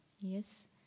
yes